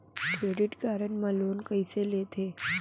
Credit card मा loan कइसे लेथे?